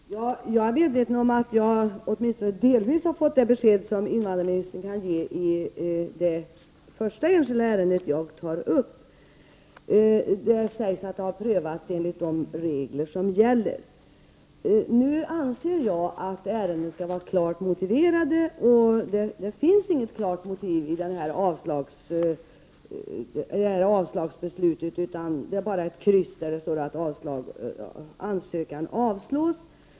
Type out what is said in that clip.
Fru talman! Jag är medveten om att jag åtminstone delvis fått de besked som invandrarministern kan ge i det enskilda ärendet jag först tog upp. Det sägs att det prövats enligt de regler som gäller. Nu anser jag att beslut skall vara klart motiverade, och det finns ingen klar motivering i avslagsbeslutet utan bara ett kryss i rutan där det står att ansökan avslås.